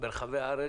ברחבי הארץ,